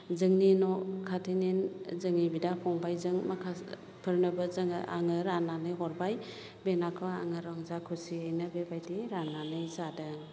जोंनि न' खाथिनि जोंनि बिदा फंबाइजों माखासे फोरनोबो जोङो आङो राननानै हरबाय बे नाखौ आङो रंजा खुसियैनो बेबायदि राननानै जादों